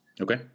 Okay